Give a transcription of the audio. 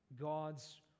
God's